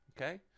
Okay